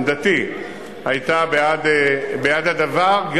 עמדתי היתה בעד הדבר,